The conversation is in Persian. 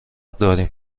داریم